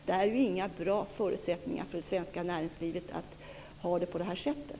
Det är inga bra förutsättningar för det svenska näringslivet att ha det på det här sättet.